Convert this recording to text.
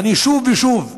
שוב ושוב.